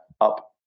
up